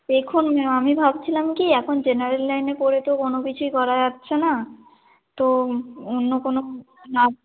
দেখুন আমি ভাবছিলাম কি এখন জেনারেল লাইনে পড়ে তো কোনো কিছুই করা যাচ্ছে না তো অন্য কোনো আর